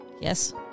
Yes